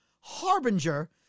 harbinger